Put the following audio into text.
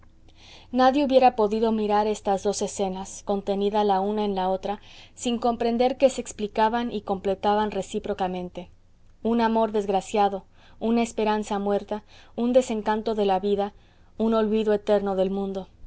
nadie hubiera podido mirar estas dos escenas contenida la una en la otra sin comprender que se explicaban y completaban recíprocamente un amor desgraciado una esperanza muerta un desencanto de la vida un olvido eterno del mundo